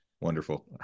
Wonderful